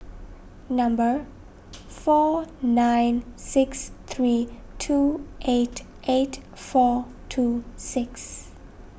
number four nine six three two eight eight four two six